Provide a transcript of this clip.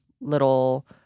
little